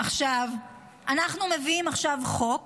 אנחנו מביאים עכשיו חוק